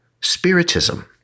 spiritism